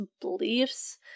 beliefs